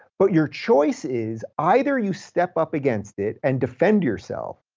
but your choice is either you step up against it and defend yourself,